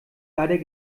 leider